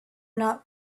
not